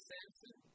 Samson